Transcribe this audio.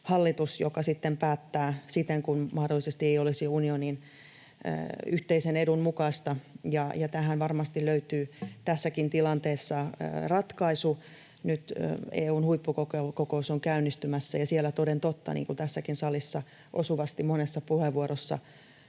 päättää siten kuin mahdollisesti ei olisi unionin yhteisen edun mukaista, ja tähän varmasti löytyy tässäkin tilanteessa ratkaisu. Nyt EU:n huippukokous on käynnistymässä, ja siellä toden totta, niin kuin tässäkin salissa osuvasti monessa puheenvuorossa